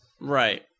Right